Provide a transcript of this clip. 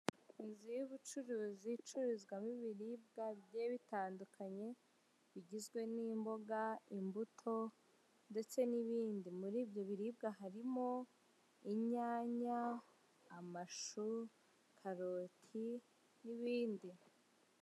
Inzu y'ubucuruzi icururizwamo ibiribwa bigiye bitandukanye bigizwe n'imboga, imbuto ndetse n'ibindi muri ibyo biribwa harimo inyanya, amashu, karoti n'ibindi.